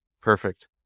Perfect